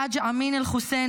חאג' אמין אל-חוסייני,